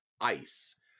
ice